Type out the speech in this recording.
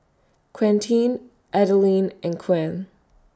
Quentin Adilene and Koen